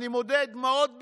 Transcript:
אני מודה, דמעות בעיניי,